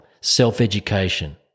self-education